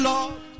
Lord